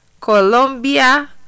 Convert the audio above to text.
Colombia